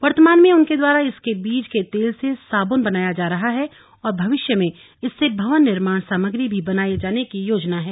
वर्तमान में उनके द्वारा इसके बीज के तेल से साबून बनाया जा रहा है और भविष्य में इससे भवन निर्माण सामग्री भी बनाने की योजना है